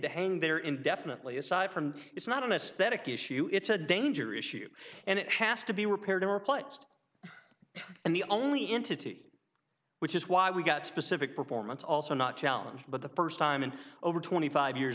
to hang there indefinitely aside from it's not an aesthetic issue it's a danger issue and it has to be repaired or replaced and the only entity which is why we've got specific performance also not challenge but the first time in over twenty five years